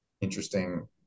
interesting